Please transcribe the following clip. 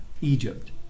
Egypt